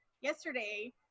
yesterday